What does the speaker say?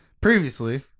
previously